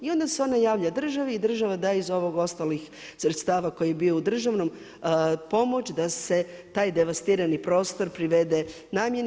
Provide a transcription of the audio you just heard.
I onda se ona javlja državi i država daje iz ovih ostalih sredstava koji je bio u državnom pomoć da se taj devastirani prostor privede namjeni.